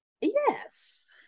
yes